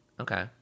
Okay